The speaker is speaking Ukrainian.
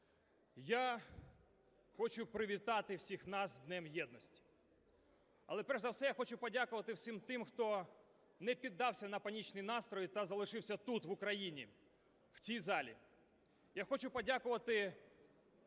Я хочу привітати всіх нас з Днем єдності. Але перш за все я хочу подякувати всім тим, хто не піддався на панічні настрої та залишився тут, в Україні, в цій залі. Я хочу подякувати